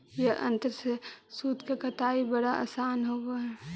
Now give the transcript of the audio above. ई यन्त्र से सूत के कताई बहुत आसान होवऽ हई